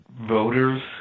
voters